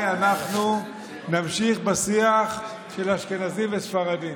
אנחנו נמשיך בשיח של אשכנזים וספרדים?